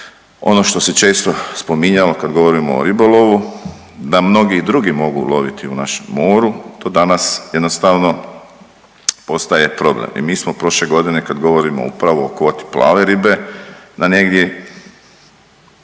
ono što se često spominjalo kad govorimo o ribolovu da mnogi i drugi mogu loviti u našem moru, to danas jednostavno postaje problem. I mi smo prošle godine kad govorimo upravo o kvoti plave ribe na negdje